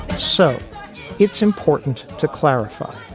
so it's important to clarify.